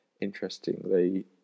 interestingly